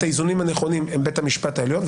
האיזונים הנכונים זה בית המשפט העליון,